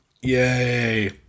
Yay